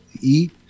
eat